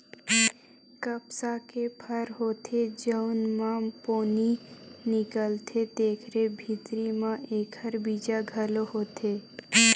कपसा के फर होथे जउन म पोनी निकलथे तेखरे भीतरी म एखर बीजा घलो होथे